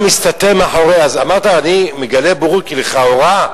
אמרת שאני מגלה בורות כי לכאורה,